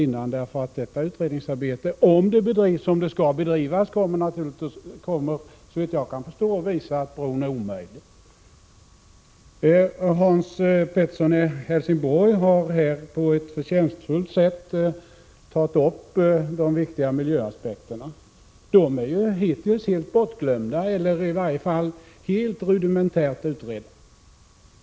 Om detta utredningsarbete drivs som det skall bedrivas, kommer det, såvitt jag förstår, att visa sig att bron är omöjlig. Hans Pettersson i Helsingborg har här på ett förtjänstfullt sätt tagit upp de viktiga miljöaspekterna. De har hittills varit helt bortglömda eller rudimentärt utredda.